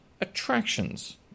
attractions